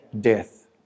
death